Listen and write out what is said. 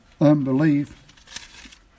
unbelief